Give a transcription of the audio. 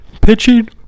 Pitching